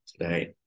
today